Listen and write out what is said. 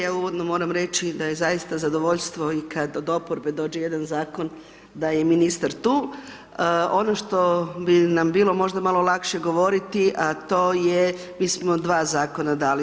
Ja uvodno moram reći da je zaista zadovoljstvo i kad od oporbe dođe jedan Zakon, da je i ministar tu, ono što bi nam bilo možda malo lakše govoriti, a to je mi smo dva Zakona dali.